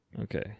Okay